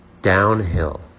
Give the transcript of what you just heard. downhill